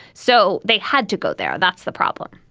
so they had to go there that's the problem.